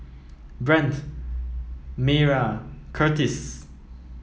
Brent Mayra Curtiss